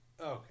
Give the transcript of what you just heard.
Okay